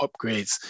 upgrades